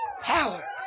power